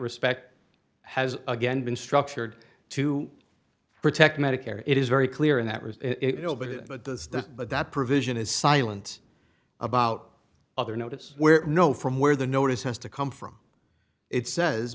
respect has again been structured to protect medicare it is very clear and that was it a little bit but the but that provision is silent about other notice where no from where the notice has to come from it says